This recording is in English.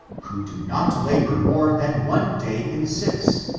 who do not labor more than one day in six,